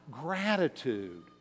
gratitude